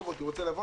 רוצה לבוא,